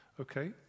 Okay